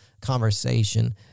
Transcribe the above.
conversation